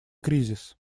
кризис